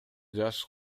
жаш